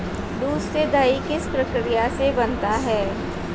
दूध से दही किस प्रक्रिया से बनता है?